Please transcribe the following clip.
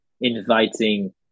inviting